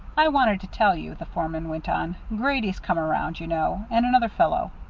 i wanted to tell you, the foreman went on grady's come around, you know and another fellow